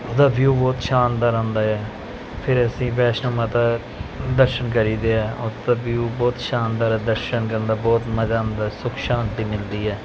ਉਹਦਾ ਵਿਊ ਬਹੁਤ ਸ਼ਾਨਦਾਰ ਆਉਂਦਾ ਹੈ ਫਿਰ ਅਸੀਂ ਵੈਸ਼ਨੋ ਮਾਤਾ ਦਰਸ਼ਨ ਕਰੀਦੇ ਆ ਉਹਦਾ ਵਿਊ ਬਹੁਤ ਸ਼ਾਨਦਾਰ ਦਰਸ਼ਨ ਕਰਨ ਦਾ ਬਹੁਤ ਮਜ਼ਾ ਆਉਂਦਾ ਸੁੱਖ ਸ਼ਾਂਤੀ ਮਿਲਦੀ ਹੈ